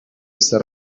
esta